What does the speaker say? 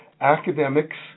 academics